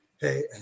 Hey